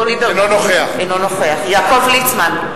אינו נוכח יעקב ליצמן,